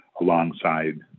alongside